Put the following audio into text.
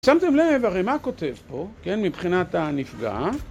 שמתם לב הרי מה כותב פה, כן, מבחינת הנפגע